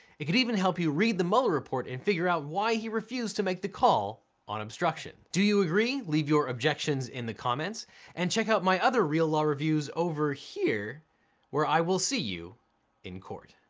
it could even help you read the mueller report and figure out why he refused to make the call on obstruction. do you agree? leave your objections in the comments and check out my other real law reviews over here where i will see you in court.